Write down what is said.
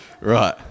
Right